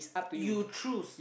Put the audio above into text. you choose